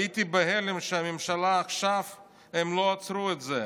הייתי בהלם כשהממשלה עכשיו לא עצרה את זה.